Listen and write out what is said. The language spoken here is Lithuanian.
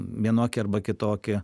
vienokį arba kitokį